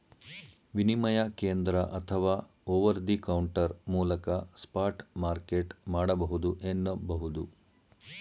ವಿನಿಮಯ ಕೇಂದ್ರ ಅಥವಾ ಓವರ್ ದಿ ಕೌಂಟರ್ ಮೂಲಕ ಸ್ಪಾಟ್ ಮಾರ್ಕೆಟ್ ಮಾಡಬಹುದು ಎನ್ನುಬಹುದು